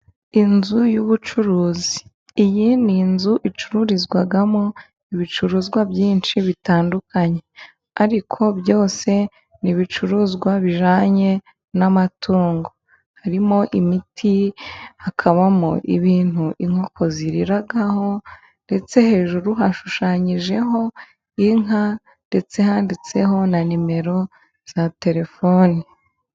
Inzu y'ubucuruzi, iyi ni inzu icururizwamo ibicuruzwa byinshi bitandukanye ariko byose ni ibicuruzwa bijyanye n'amatungo, harimo imiti hakabamo ibintu inkoko ziriraraho, ndetse hejuru hashushanyijeho inka ndetse handitseho na nimero za telefoni.